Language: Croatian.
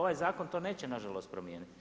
Ovaj zakon to neće na žalost promijeniti.